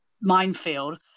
minefield